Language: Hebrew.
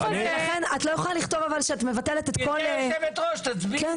לכן את לא יכולה לכתוב שאת מבטלת את כל --- גברתי יושבת הראש תצביעי.